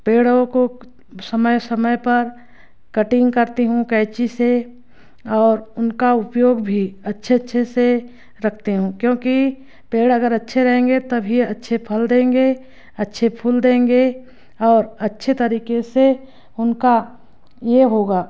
पेड़ों को समय समय पर कटिंग करती हूँ कैंची से और उनका उपयोग भी अच्छे अच्छे से रखती हूँ क्योंकि पेड़ अगर अच्छे रहेंगे तभी अच्छे फल देंगे अच्छे फूल देंगे और अच्छे तरीके से उनका यह होगा